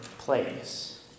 place